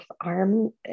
arm